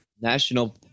National